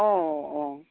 অঁ অঁ